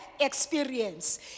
experience